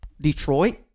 Detroit